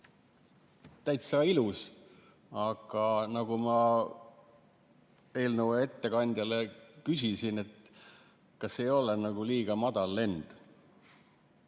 täitsa ilus, aga nagu ma eelnõu ettekandjalt küsisin, kas see ei ole nagu liiga madal lend.